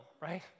right